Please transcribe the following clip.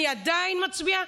אני עדיין מצביע.